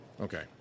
Okay